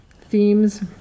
themes